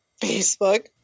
Facebook